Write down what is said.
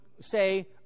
say